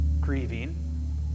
grieving